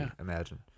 imagine